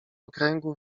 okręgu